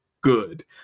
good